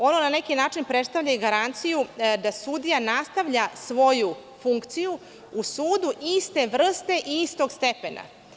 Ono na neki način predstavlja i garanciju da sudija nastavlja svoju funkciju u sudu iste vrste i istog stepena.